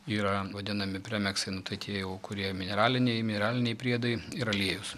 yra vadinami premeksai nu tai tie jau kurie mineraliniai mineraliniai priedai ir aliejus